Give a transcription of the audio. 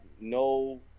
no